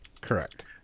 Correct